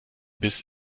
biss